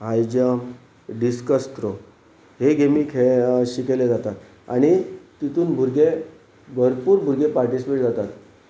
हाय jump discus throw हे गेमी खेळ शिकयले जातात आनी तितून भुरगे भरपूर भुरगे पार्टिसिपेट जातात